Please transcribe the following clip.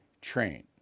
train